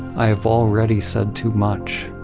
i have already said too much.